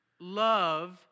love